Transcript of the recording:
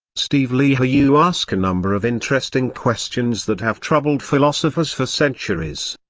steve lehar you ask a number of interesting questions that have troubled philosophers for centuries.